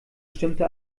stimmte